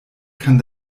kann